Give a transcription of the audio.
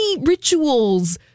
rituals